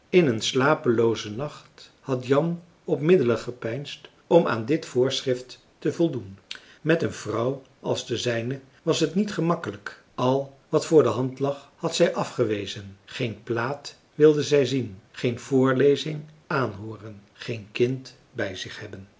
in een slapeloozen nacht had jan op middelen gepeinsd om aan dit voorschrift te voldoen met een vrouw als de zijne was het niet gemakkelijk al wat voor de hand lag had zij afgewezen geen plaat wilde zij zien geen voorlezing aanhooren geen kind bij zich hebben